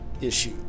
issue